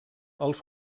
els